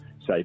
say